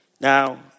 Now